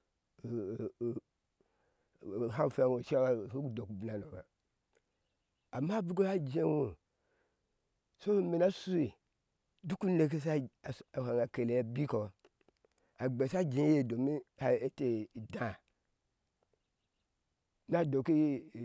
fure ŋe ŋo cewa shunu dok ubin ha no ba amma bik ha je ŋo so ime na shui duk uneke sha fwen kele ye bikɔ agbesha jea eye domin hɛ ete ida na doki ina